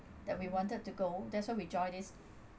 that we wanted to go that's why we join this